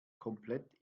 komplett